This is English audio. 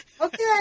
Okay